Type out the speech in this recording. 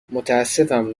متاسفم